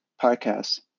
podcasts